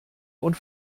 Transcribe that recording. und